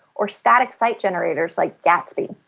or static site generators like gatsby.